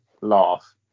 laugh